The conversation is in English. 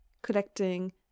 collecting